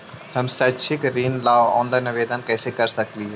हम शैक्षिक ऋण ला ऑनलाइन आवेदन कैसे कर सकली हे?